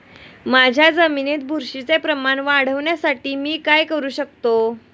माझ्या जमिनीत बुरशीचे प्रमाण वाढवण्यासाठी मी काय करू शकतो?